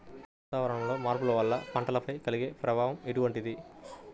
వాతావరణంలో మార్పుల వల్ల పంటలపై కలిగే ప్రభావం ఎటువంటిది?